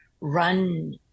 run